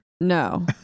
no